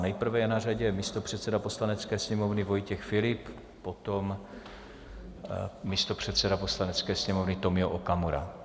Nejprve je na řadě místopředseda Poslanecké sněmovny Vojtěch Filip, potom místopředseda Poslanecké sněmovny Tomio Okamura.